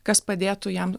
kas padėtų jam